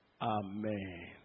Amen